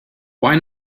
why